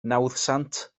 nawddsant